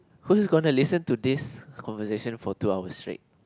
who's going to listen to this conversation for two hours straight